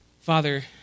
Father